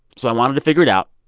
so i wanted to figure it out,